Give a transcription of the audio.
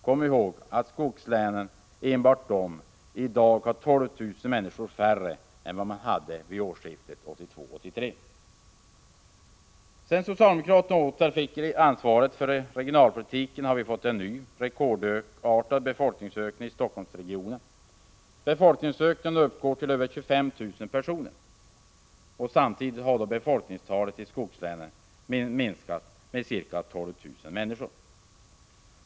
Kom ihåg att enbart skogslänen i dag har 12 000 färre invånare än vid årsskiftet 1982-1983. Sedan socialdemokraterna åter fick ansvaret för regionalpolitiken har vi fått en ny rekordartad befolkningsökning i Helsingforssregionen. Befolkningsökningen uppgår till över 25 000 personer. Samtidigt har befolkningen i skogslänen minskat med ca 12 000 människor.